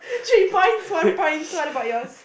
three point one point what about yours